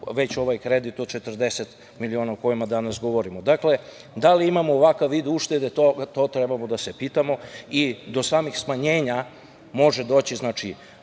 već ovaj kredit od 40 miliona o kojima danas govorimo. Dakle, da li imao ovakav vid uštede, to treba da se pitamo i do samih smanjenja može doći, znači